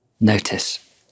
notice